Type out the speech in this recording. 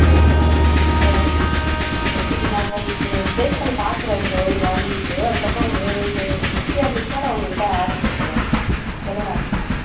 சரி சரி okay sir நான் இப்போது உங்களுக்கு டேஸ்ட் பண்ணி பார்க்கறேன் இப்போது இது வாங்கிகிட்டு அதுக்கப்புறம் உங் எங்களுக்கு திருப்தியாக இருந்துச்சுனா நான் உங்கள்கிட்ட ஆர்ட்ரு கொடுக்கறேன் கல்யாண ஆர்ட்ரு பண்ணிகிறேன்